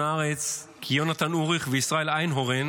הארץ כי יונתן אוריך וישראל איינהורן